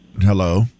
Hello